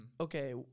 Okay